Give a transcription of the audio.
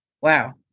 Wow